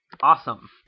Awesome